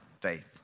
faith